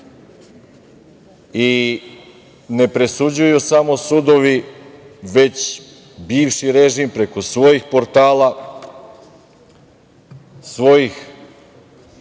i ne presuđuju samo sudovi, već bivši režim preko svojih portala, svojih